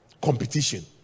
competition